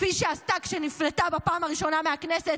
כפי שעשתה כשנפלטה בפעם הראשונה מהכנסת